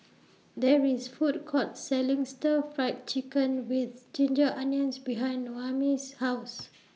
There IS Food Court Selling Stir Fry Chicken with Ginger Onions behind Noemi's House